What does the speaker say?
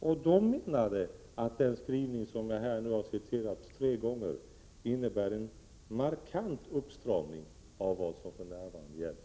Där ansåg man att den skrivning jag citerat tre gånger innebär en markant uppstramning av vad som för närvarande gäller.